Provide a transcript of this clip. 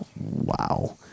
wow